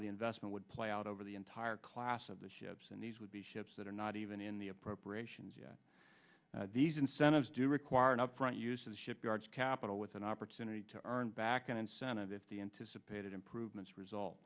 the investment would play out over the entire class of the ships and these would be ships that are not even in the appropriations yet these incentives do require an upfront use of shipyards capital with an opportunity to earn back an incentive if the anticipated improvements result